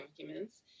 documents